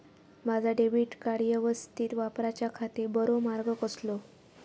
माजा debit card यवस्तीत वापराच्याखाती बरो मार्ग कसलो?